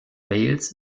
wales